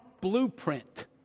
blueprint